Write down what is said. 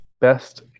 best